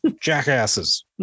Jackasses